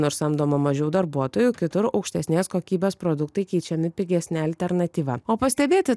nors samdoma mažiau darbuotojų kitur aukštesnės kokybės produktai keičiami pigesne alternatyva o pastebėti